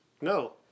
no